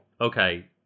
Okay